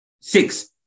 Six